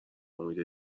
امید